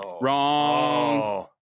Wrong